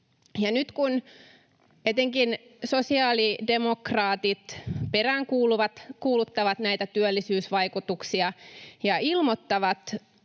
nyt, kun etenkin sosiaalidemokraatit peräänkuuluttavat näitä työllisyysvaikutuksia ja ilmoittavat